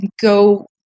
go